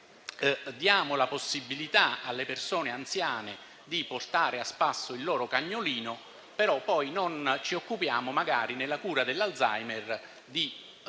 diamo la possibilità alle persone anziane di portare a spasso il loro cagnolino, però poi non ci occupiamo, nella cura dell'Alzheimer, anche